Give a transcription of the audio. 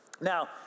Now